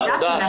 תודה.